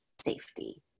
safety